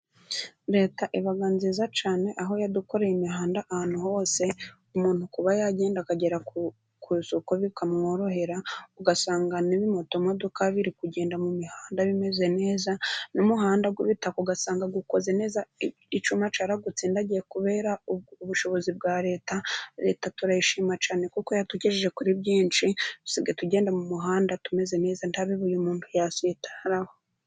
Leta iba nziza cyane, aho yadukoreye imihanda ahantu hose, umuntu kuba yagenda akagera ku soko bikamworohera, ugasanga ibimodoka biri kugenda mu mihanda bimeze neza, n'umuhanda w'ibitaka ugasanga ukoze neza icyuma cyarawutsindagiye, kubera ubushobozi bwa Leta. Leta turayishima cyane kuko yatugejeje kuri byinshi. Dusigaye tugenda mu muhanda tumeze neza, nta bibuye umuntu yasitaraho.